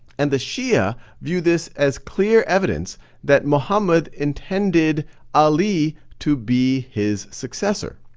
and the shia view this as clear evidence that muhammad intended ali to be his successor.